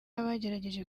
n’abagerageje